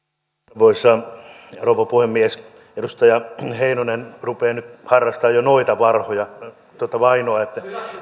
arvoisa rouva puhemies edustaja heinonen rupeaa nyt harrastamaan jo noitavainoa